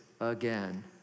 again